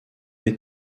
est